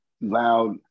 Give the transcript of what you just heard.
loud